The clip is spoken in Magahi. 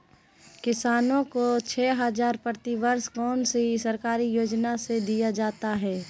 किसानों को छे हज़ार प्रति वर्ष कौन सी सरकारी योजना से दिया जाता है?